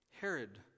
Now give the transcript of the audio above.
Herod